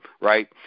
right